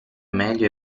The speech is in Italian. meglio